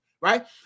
right